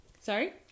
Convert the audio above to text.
Sorry